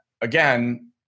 again